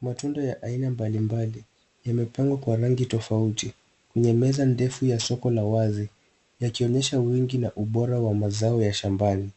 Matunda ya aina mbalimbali yamepangwa kwa rangi tofauti kwenye meza ndefu ya soko la wazi yakionyesha wingi na ubora wa mazao ya shambani.